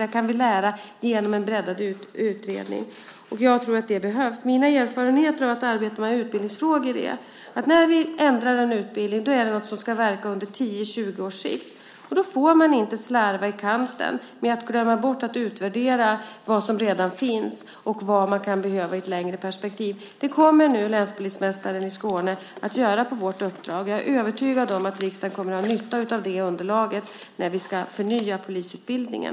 Där kan vi lära genom en breddad utredning, och jag tror att det behövs. Mina erfarenheter av att arbeta med utbildningsfrågor är att när vi ändrar en utbildning är det något som ska verka under 10-20 år. Då får man inte slarva i kanten och glömma bort att utvärdera vad som redan finns och vad man kan behöva i ett längre perspektiv. Det här kommer nu länspolismästaren i Skåne att göra på vårt uppdrag. Jag är övertygad om att riksdagen kommer att ha nytta av det underlaget när vi ska förnya polisutbildningen.